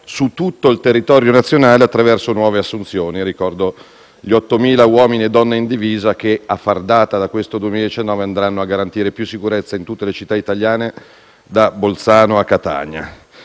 su tutto il territorio nazionale attraverso nuove assunzioni. Ricordo gli 8.000 uomini e donne in divisa che, a far data da questo 2019, andranno a garantire più sicurezza in tutte le città italiane, da Bolzano a Catania.